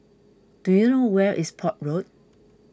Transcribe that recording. do you know where is Port Road